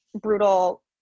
brutal